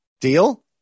Deal